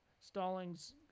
Stallings